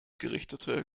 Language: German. gerichtete